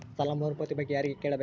ಸಾಲ ಮರುಪಾವತಿ ಬಗ್ಗೆ ಯಾರಿಗೆ ಕೇಳಬೇಕು?